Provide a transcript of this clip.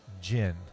gin